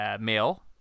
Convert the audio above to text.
mail